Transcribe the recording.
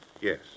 Yes